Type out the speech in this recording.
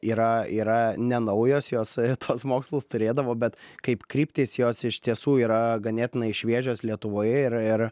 yra yra ne naujos jos tuos mokslus turėdavo bet kaip kryptys jos iš tiesų yra ganėtinai šviežios lietuvoje ir ir